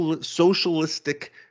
socialistic